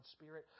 Spirit